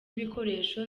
ibikoresho